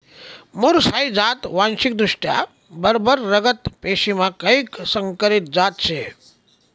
मुर्स हाई जात वांशिकदृष्ट्या बरबर रगत पेशीमा कैक संकरीत जात शे